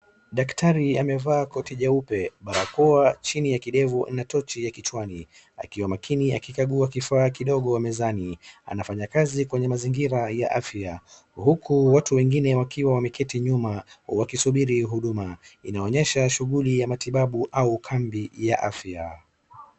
Daktari amevaa koti jeupe, barakoa chini ya kidevu na tochi ya kichwani, akiwa makini akikagua kifaa kidogo mezani, anafanya kazi kwenye mazingira ya kiafya, huku watu wengine wakiwa wameketi nyuma, wakisubiri huduma. Inaonyesha shughuli ya matibabu au ukambi ya afya.